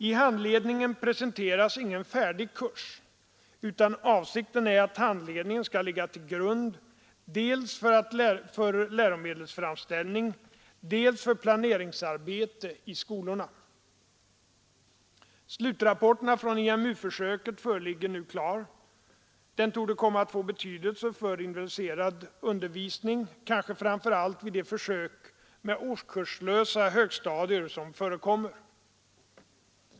I handledningen presenteras ingen färdig kurs, utan avsikten är att handledningen skall ligga till grund dels för läromedelsframställning, dels för planeringsarbete i skolorna. Slutrapporten från IMU-försöket föreligger nu klar. Den torde komma att få betydelse för individualiserad undervisning, kanske framför allt vid de försök med årskurslösa högstadier som förekommer.